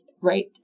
right